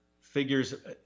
figures